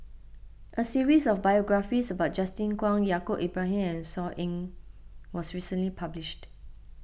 a series of biographies about Justin Zhuang Yaacob Ibrahim and Saw Ean was recently published